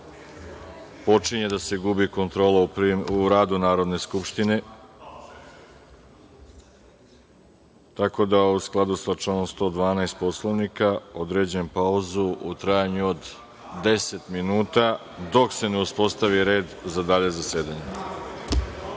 počinje da se gubi kontrola u radu Narodne skupštine, u skladu sa članom 112. Poslovnika, određujem pauzu u trajanju od 10 minuta, dok se ne uspostavi red za dalje zasedanje.(Posle